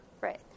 Right